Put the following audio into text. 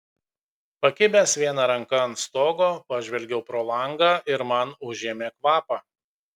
pakibęs viena ranka ant stogo pažvelgiau pro langą ir man užėmė kvapą